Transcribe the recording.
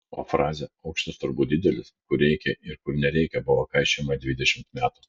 o frazė aukštis turbūt didelis kur reikia ir kur nereikia buvo kaišiojama dvidešimt metų